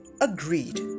Agreed